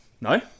No